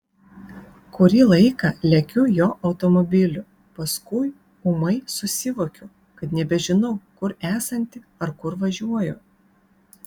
kurį laiką lekiu jo automobiliu paskui ūmai susivokiu kad nebežinau kur esanti ar kur važiuoju